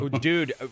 dude